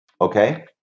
Okay